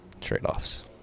trade-offs